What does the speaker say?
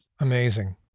Amazing